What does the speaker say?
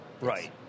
Right